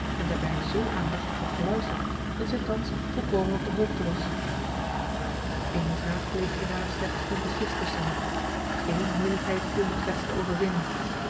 en daarbij zoo aandachtig had geluisterd dat zij thans volkomen op de hoogte was eene vraag bleef hierna slechts onbeslist tusschen hen eene moeilijkheid viel nog slechts te overwinnen